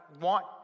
want